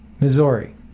Missouri